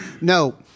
No